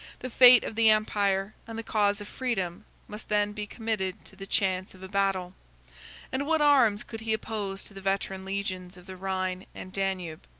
the fate of the empire and the cause of freedom must then be committed to the chance of a battle and what arms could he oppose to the veteran legions of the rhine and danube?